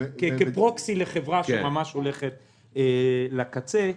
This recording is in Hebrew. כפרוקסי לחברה שהולכת ממש לקצה.